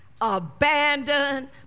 abandoned